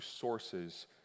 sources